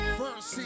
first